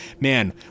man